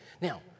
Now